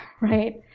right